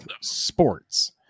sports